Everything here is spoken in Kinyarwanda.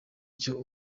icyo